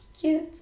Cute